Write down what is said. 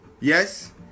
Yes